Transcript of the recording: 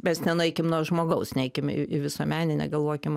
mes nenueikim nuo žmogaus neikim į visuomeninę galvokim